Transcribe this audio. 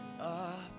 up